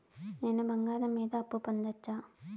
నేను బంగారం మీద అప్పు పొందొచ్చా?